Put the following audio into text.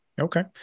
Okay